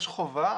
יש חובה,